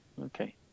okay